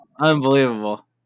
Unbelievable